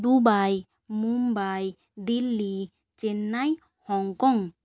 Dubai Mumbai Delhi Chennai Hong Kong